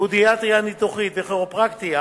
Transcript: פודיאטריה ניתוחית וכירופרקטיקה,